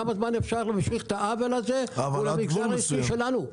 כמה זמן אפשר להשליך את העוול הזה על המגזר העסקי שלנו?